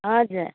हजुर